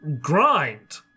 grind